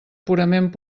purament